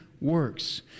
works